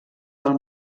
del